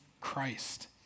Christ